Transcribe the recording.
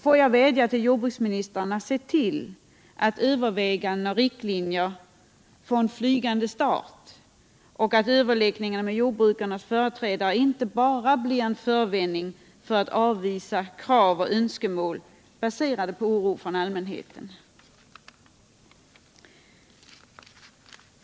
Får jag vädja till jordbruksministern att se till att överväganden och riktlinjer får en flygande start och att överläggningar med jordbrukarnas företrädare inte bara blir en förevändning för att avvisa krav och önskemål, baserade på oro från allmänheten.